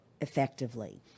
effectively